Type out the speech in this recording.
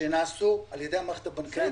שנעשו על ידי המערכת הבנקאית --- בסדר.